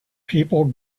people